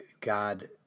God